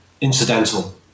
incidental